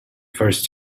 first